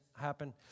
happen